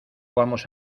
vamos